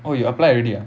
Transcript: oh you applied already ah